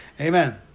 Amen